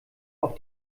auf